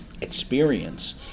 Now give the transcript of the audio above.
experience